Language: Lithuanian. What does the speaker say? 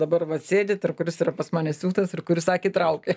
dabar vat sėdit ir kuris yra pas manęs siūtas ir kuris akį traukia